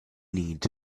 need